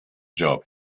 job